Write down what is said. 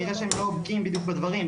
נראה שהם לא בקיאים בדיוק בדברים.